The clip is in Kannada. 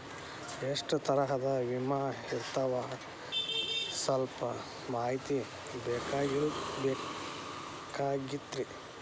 ಎಷ್ಟ ತರಹದ ವಿಮಾ ಇರ್ತಾವ ಸಲ್ಪ ಮಾಹಿತಿ ಬೇಕಾಗಿತ್ರಿ